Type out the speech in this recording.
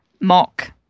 mock